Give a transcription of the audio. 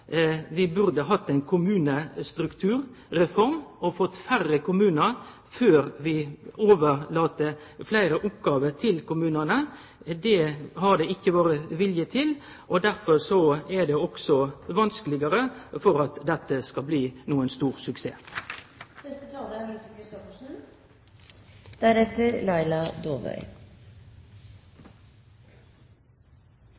vi burde hatt ein kommunestrukturreform og fått færre kommunar før vi overlèt fleire oppgåver til kommunane. Det har det ikkje vore vilje til, og derfor